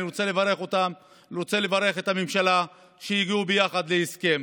אני רוצה לברך אותם ואני רוצה לברך את הממשלה על שהגיעו ביחד להסכם.